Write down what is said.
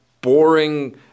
boring